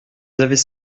avaient